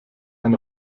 ein